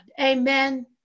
Amen